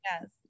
yes